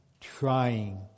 trying